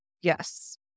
Yes